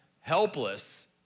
helpless